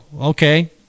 okay